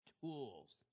tools